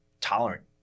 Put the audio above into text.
tolerant